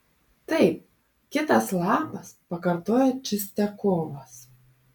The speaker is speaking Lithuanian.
taip kitas lapas pakartojo čistiakovas